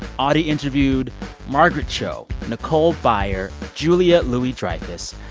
audie interviewed margaret cho, nicole byer, julia louis-dreyfus,